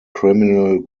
criminal